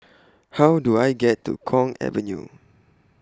How Do I get to Kwong Avenue